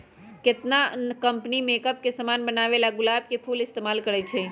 केतना न company makeup के समान बनावेला गुलाब के फूल इस्तेमाल करई छई